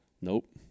Nope